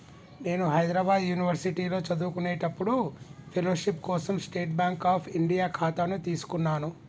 నేను హైద్రాబాద్ యునివర్సిటీలో చదువుకునేప్పుడు ఫెలోషిప్ కోసం స్టేట్ బాంక్ అఫ్ ఇండియా ఖాతాను తీసుకున్నాను